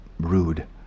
rude